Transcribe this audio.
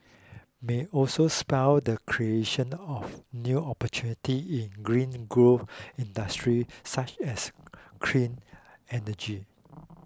may also spur the creation of new opportunity in green growth industry such as clean energy